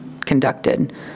conducted